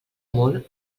molt